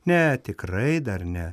ne tikrai dar ne